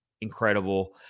incredible